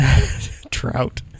trout